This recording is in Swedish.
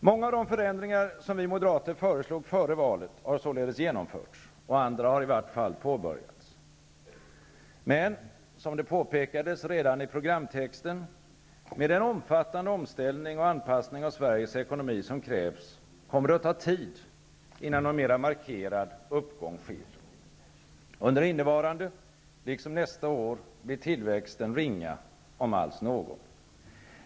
Många av de förändringar som vi Moderater föreslog före valet har således genomförts, och andra har i vart fall påbörjats. Men -- som det påpekades redan i programtexten -- med den omfattande omställning och anpassning av Sveriges ekonomi som krävs kommer det att ta tid innan någon mera markerad uppgång sker. Under innevarande liksom nästa år blir tillväxten ringa, om alls någon.